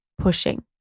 pushing